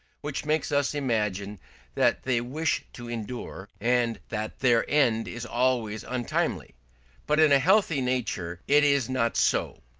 which makes us imagine that they wish to endure, and that their end is always untimely but in a healthy nature it is not so.